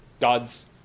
God's